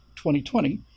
2020